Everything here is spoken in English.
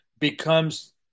becomes